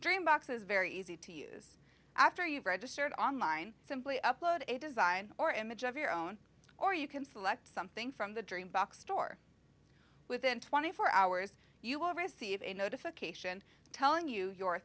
dream boxes very easy to use after you've registered online simply upload a design or image of your own or you can select something from the dream box store within twenty four hours you will receive a notification telling you your